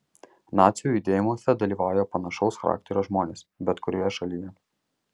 nacių judėjimuose dalyvauja panašaus charakterio žmonės bet kurioje šalyje